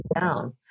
down